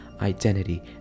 identity